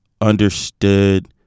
understood